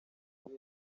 ati